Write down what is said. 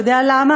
אתה יודע למה?